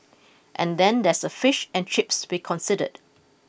and then there's the fish and chips to be considered